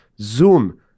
Zoom